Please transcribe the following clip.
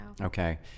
Okay